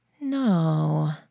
No